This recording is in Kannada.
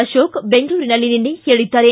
ಅಶೋಕ್ ಬೆಂಗಳೂರಿನಲ್ಲಿ ನಿನ್ನೆ ಹೇಳಿದ್ದಾರೆ